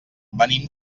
venim